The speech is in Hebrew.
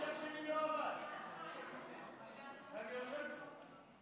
המחשב שלי לא עבד ואני יושב פה.